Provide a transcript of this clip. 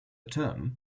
term